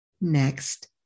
Next